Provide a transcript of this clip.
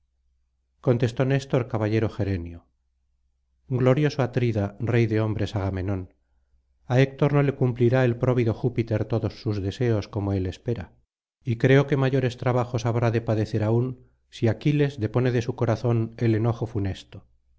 contestó néstor caballero gerenio glorioso atrida rey de hombres agamenón a héctor no le cumplirá el próvido júpiter todos sus deseos como él espera y creo que mayores trabajos habrá de padecer aún si aquiles depone de su corazón el enojo funesto